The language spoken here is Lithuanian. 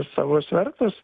savus verslus